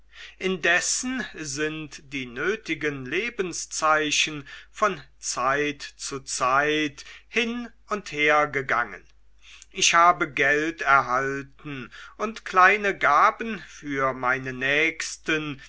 indessen sind die nötigen lebenszeichen von zeit zu zeit hin und her gegangen ich habe geld erhalten und kleine gaben für meine nächsten